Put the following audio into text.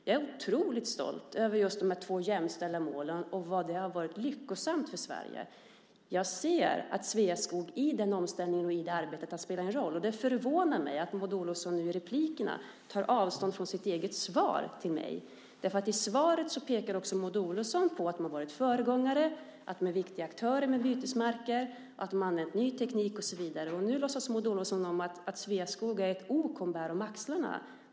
Jag är otroligt stolt över just de här två jämställda målen och hur lyckosamt det har varit för Sverige. Jag ser att Sveaskog har spelat en roll i den omställningen och i det arbetet. Det förvånar mig att Maud Olofsson nu i replikerna tar avstånd från sitt eget svar till mig. I svaret pekar också Maud Olofsson på att de har varit föregångare, att de är viktiga aktörer när det gäller bytesmarker, att de har använt ny teknik och så vidare. Nu låter det på Maud Olofsson som om Sveaskog är ett ok hon bär på axlarna.